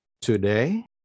Today